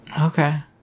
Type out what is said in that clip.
Okay